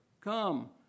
come